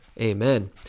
Amen